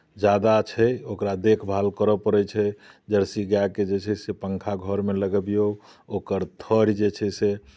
ज्यादा छै ओकरा देखभाल करऽ पड़ै छै जर्सी गाएके जे छै से पंखा घरमे लगबियौ ओकर थरि जे छै से